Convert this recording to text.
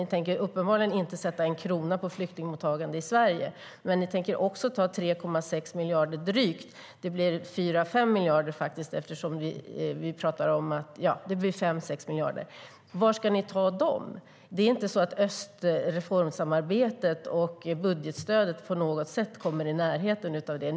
Ni tänker uppenbarligen inte lägga en krona på flyktingmottagande i Sverige, men ni tänker ta drygt 3,6 miljarder till UNHCR, vilket blir 5-6 miljarder, och jag undrar var ni tänker ta dem? Det är inte så att östreformsamarbetet och budgetstödet på något sätt kommer i närheten av det.